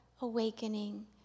awakening